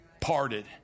parted